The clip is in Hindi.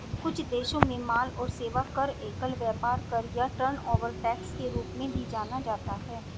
कुछ देशों में माल और सेवा कर, एकल व्यापार कर या टर्नओवर टैक्स के रूप में भी जाना जाता है